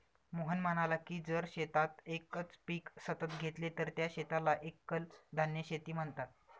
मोहन म्हणाला की जर शेतात एकच पीक सतत घेतले तर त्या शेताला एकल धान्य शेती म्हणतात